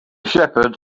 shepherd